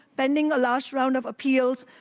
pending the last round of appeals,